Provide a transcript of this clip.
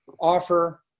offer